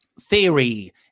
Theory